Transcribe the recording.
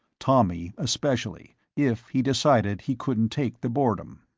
tommy especially, if he decided he couldn't take the boredom.